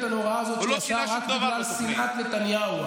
הנוראה הזאת שהוא עשה רק בגלל שנאת נתניהו.